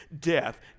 Death